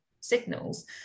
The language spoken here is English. signals